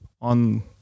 on